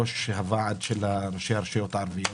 ראש הוועד של ראשי הרשויות הערביות,